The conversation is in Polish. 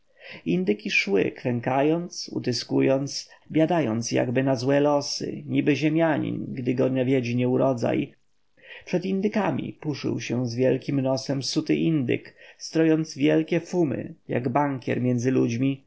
indyki szły kwękając utyskując biadając jakby na złe losy niby ziemianin gdy go nawiedzi nieurodzaj przed indykami puszył się z wielkim nosem suty indyk strojąc wielkie fumy jak bankier między ludźmi